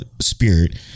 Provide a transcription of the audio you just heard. spirit